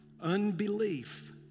unbelief